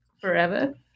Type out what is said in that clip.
forever